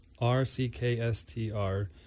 R-C-K-S-T-R